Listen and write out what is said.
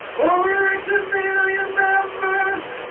over eighteen million members